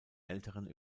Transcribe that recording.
älteren